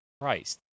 Christ